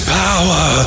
power